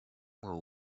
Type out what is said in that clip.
will